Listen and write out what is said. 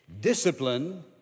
Discipline